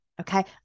Okay